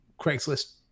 Craigslist